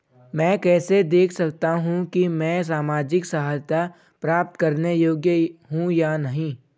मैं कैसे देख सकता हूं कि मैं सामाजिक सहायता प्राप्त करने योग्य हूं या नहीं?